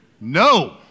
No